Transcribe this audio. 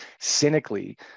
cynically